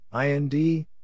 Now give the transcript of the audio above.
IND